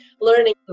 learning